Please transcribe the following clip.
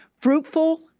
fruitful